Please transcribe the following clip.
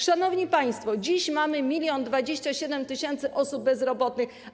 Szanowni państwo, dziś mamy 1027 tys. osób bezrobotnych.